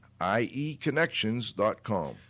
ieconnections.com